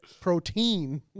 protein